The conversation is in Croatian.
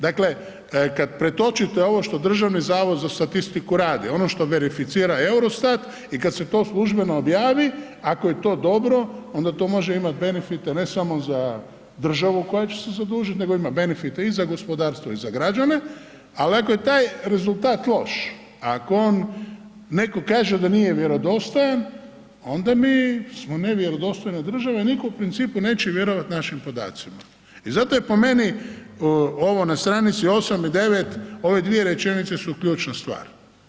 Dakle, kad pretočite ovo što Državni zavod za statistiku radi, ono što verificira Eurostat i kad se to službeno objavi, ako je to dobro onda to može imat benefite ne samo za državu koja će se zadužit, nego ima benefite i za gospodarstvo i za građane, al ako je taj rezultat loš, ako on, netko kaže da nije vjerodostojan onda mi smo u nevjerodostojnoj državi, a nitko u principu neće vjerovat našim podacima i zato je po meni ovo na str. 8 i 9, ove dvije rečenice su ključna stvar.